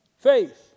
Faith